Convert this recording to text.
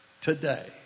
today